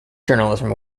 journalism